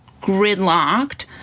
gridlocked